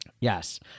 yes